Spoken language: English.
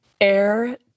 air